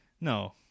No